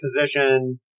position